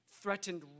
threatened